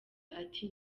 ati